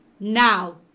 Now